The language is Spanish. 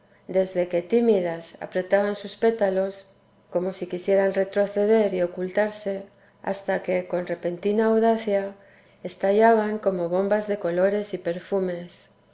desde que tímidas apretaban sus pétalos como si quisieran retroceder y ocultarse hasta que con repentina audacia estallaban como bombas de colores y perfumes